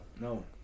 No